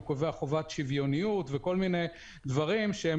אלא הוא קובע חובת שוויוניות וכל מיני דברים שהם